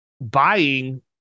buying